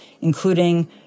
including